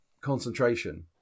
concentration